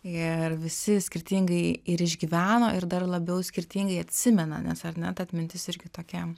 ir visi skirtingai ir išgyveno ir dar labiau skirtingai atsimena nes ar ne ta atmintis irgi tokia